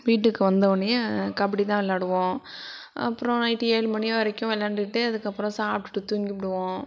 வீட்டுக்கு வந்தோன்னையே கபடிதான் விள்ளாடுவோம் அப்புறம் நைட்டு ஏழு மணி வரைக்கும் விள்ளாண்டுகிட்டு அதுக்கப்புறம் சாப்டுவிட்டு தூங்கிவிடுவோம்